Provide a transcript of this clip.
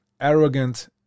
arrogant